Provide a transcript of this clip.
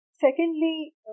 Secondly